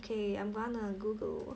okay I'm gonna google